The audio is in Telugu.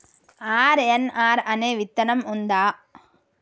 ఆర్.ఎన్.ఆర్ అనే విత్తనం ఉందా?